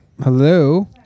Hello